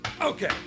okay